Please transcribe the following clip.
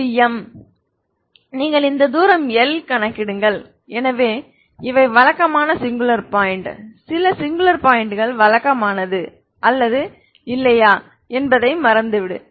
இது M நீங்கள் இந்த தூரம் L கணக்கிடுங்கள் எனவே இவை வழக்கமான சிங்குலர் பாயிண்ட் சில சிங்குலர் பாயிண்ட்கள் வழக்கமானது அல்லது இல்லையா என்பதை மறந்துவிடு